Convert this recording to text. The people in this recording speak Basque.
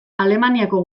alemaniako